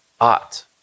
ought